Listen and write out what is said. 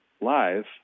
live